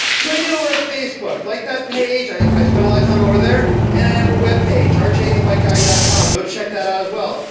join me over at facebook, like that page i spend a lot of time over there and i have a webpage, ah rjthebikeguy dot com go check that out as well.